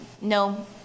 no